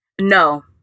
No